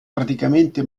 praticamente